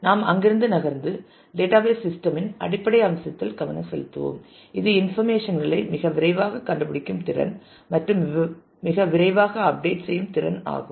நாம் அங்கிருந்து நகர்ந்து டேட்டாபேஸ் சிஸ்டம் இன் அடிப்படை அம்சத்தில் கவனம் செலுத்துவோம் இது இன்ஃபர்மேஷன்களை மிக விரைவாகக் கண்டுபிடிக்கும் திறன் மற்றும் மிக விரைவாக அப்டேட் செய்யும் திறன் ஆகும்